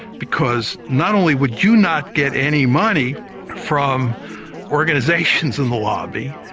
because not only would you not get any money from organisations in the lobby,